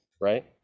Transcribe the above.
right